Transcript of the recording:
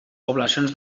poblacions